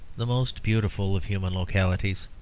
the most beautiful of human localities.